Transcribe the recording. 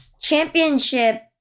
championship